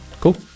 cool